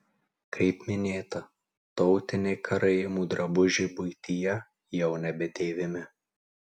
kaip minėta tautiniai karaimų drabužiai buityje jau nebedėvimi